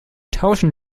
tauschen